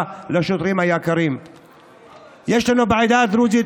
לשוטרים היקרים.יש לנו בעדה הדרוזית